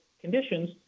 conditions